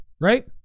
right